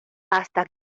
hasta